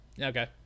Okay